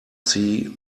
see